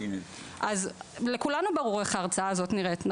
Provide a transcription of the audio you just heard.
אז לכולנו ברור איך ההרצאה הזאת נראית.